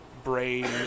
brain